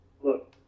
Look